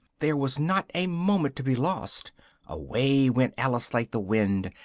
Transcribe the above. there was not a moment to be lost away went alice like the wind,